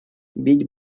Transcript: бить